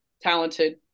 talented